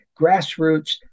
grassroots